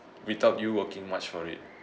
without you working much for it